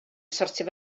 sortio